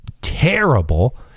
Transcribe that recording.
terrible